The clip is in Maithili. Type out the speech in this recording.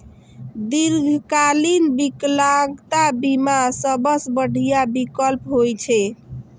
दीर्घकालीन विकलांगता बीमा सबसं बढ़िया विकल्प होइ छै